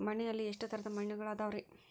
ಮಣ್ಣಿನಲ್ಲಿ ಎಷ್ಟು ತರದ ಮಣ್ಣುಗಳ ಅದವರಿ?